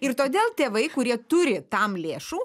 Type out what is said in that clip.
ir todėl tėvai kurie turi tam lėšų